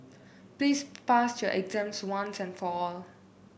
please pass your exams once and for all